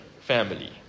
family